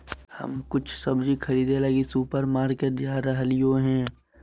हम कुछ सब्जि खरीदे लगी सुपरमार्केट जा रहलियो हें